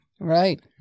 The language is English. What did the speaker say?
Right